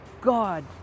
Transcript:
God